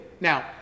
Now